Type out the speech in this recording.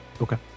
Okay